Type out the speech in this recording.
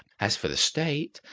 as for the state,